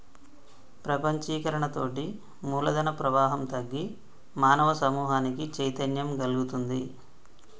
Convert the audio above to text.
ప్రపంచీకరణతోటి మూలధన ప్రవాహం తగ్గి మానవ సమూహానికి చైతన్యం గల్గుతుంది